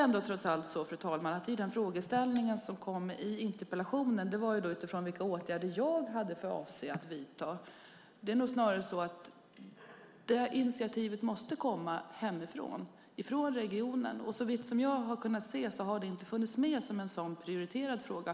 Frågan i interpellationen var vilka åtgärder jag har för avsikt att vidta. Initiativet måste komma från regionen. Såvitt jag har kunnat se har detta inte funnits med som en prioriterad fråga.